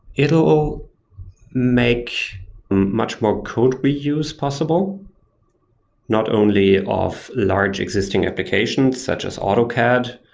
it will make much more code reuse possible not only of large existing applications, such as autocad,